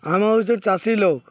ଆମେ ହେଉଛୁ ଚାଷୀ ଲୋକ୍